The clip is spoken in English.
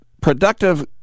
productive